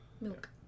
Milk